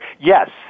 Yes